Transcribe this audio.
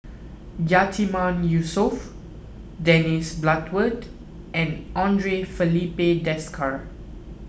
Yatiman Yusof Dennis Bloodworth and andre Filipe Desker